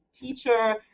teacher